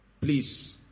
Please